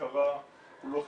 שעיקרה הוא לא חיובי,